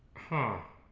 huh?